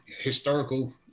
historical